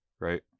right